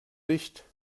dicht